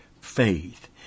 faith